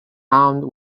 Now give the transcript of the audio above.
armed